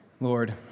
Lord